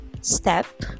step